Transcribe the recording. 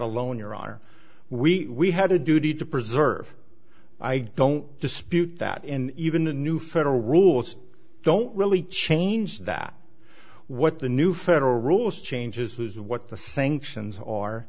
honor we had a duty to preserve i don't dispute that in even the new federal rules don't really change that what the new federal rules changes was what the sanctions